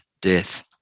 death